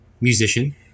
musician